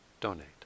donate